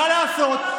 מה לעשות?